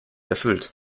erfüllt